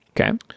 Okay